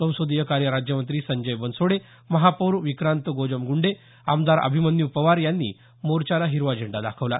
संसदीय कार्य राज्यमंत्री संजय बनसोडे महापौर विक्रांत गोजमगूंडे आमदार अभिमन्यू पवार यांनी मोर्चाला हिरवा झेंडा दाखवला